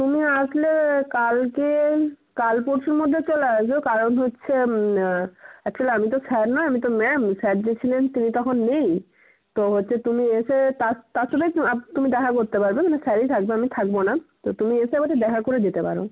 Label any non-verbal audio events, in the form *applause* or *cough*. তুমি আসলে কালকে কাল পরশুর মধ্যে চলে আসবে কারণ হচ্ছে অ্যাকচুয়ালি আমি তো স্যার নয় আমি তো ম্যাম স্যার যে ছিলেন তিনি তো এখন নেই তো হচ্ছে তুমি এসে তার তার সাথেই *unintelligible* তুমি দেখা করতে পারবে মানে স্যারই থাকবে আমি থাকব না তো তুমি এসে একবারটি দেখা করে যেতে পারো